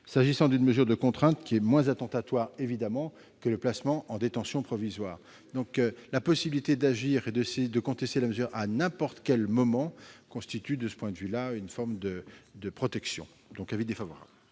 s'agissant d'une mesure de contrainte qui est moins attentatoire à ces droits que le placement en détention provisoire. La possibilité d'agir et de contester la mesure à n'importe quel moment constitue de ce point de vue une forme de protection. La commission émet